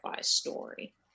story